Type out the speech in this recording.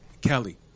Kelly